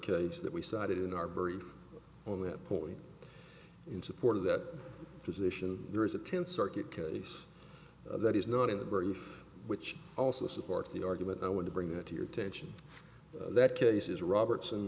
case that we cited in our brief on that point in support of that position there is a tenth circuit case that is not in the brief which also supports the argument i want to bring it to your tension that cases robertson